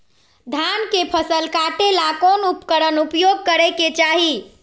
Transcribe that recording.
धान के फसल काटे ला कौन उपकरण उपयोग करे के चाही?